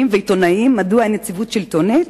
ועיתונאים: מדוע אין יציבות שלטונית?